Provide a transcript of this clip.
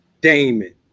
damon